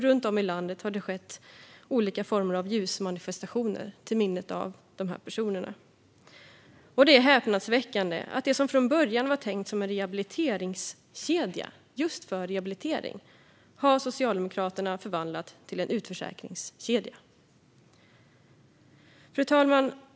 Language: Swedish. Runt om i landet har det skett olika former av ljusmanifestationer till minne av de här personerna. Det är häpnadsväckande att det som från början var tänkt som en rehabiliteringskedja just för rehabilitering har Socialdemokraterna förvandlat till en utförsäkringskedja. Fru talman!